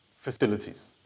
facilities